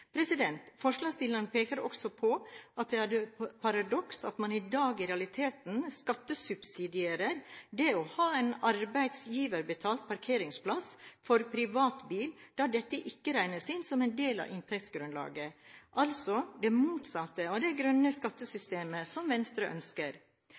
peker også på at det er et paradoks at man i dag i realiteten skattesubsidierer det å ha en arbeidsgiverbetalt parkeringsplass for privatbil. Dette regnes ikke inn som en del av inntektsgrunnlaget – altså det motsatte av det grønne